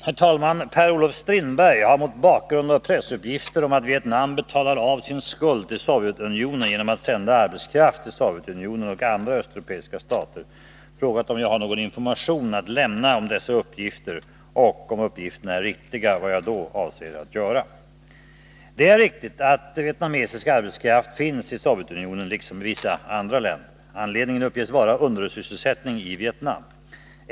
Herr talman! Per-Olof Strindberg har, mot bakgrund av pressupgifter om att Vietnam betalar av på sin skuld till Sovjetunionen genom att sända arbetskraft till Sovjetunionen och andra östeuropeiska stater, frågat om jag har någon information att lämna om dessa uppgifter, och om uppgifterna är riktiga, vad jag då avser att göra. Det är riktigt att vietnamesisk arbetskraft finns i Sovjetunionen liksom i vissa andra länder. Anledningen uppges vara undersysselsättning i Vietnam.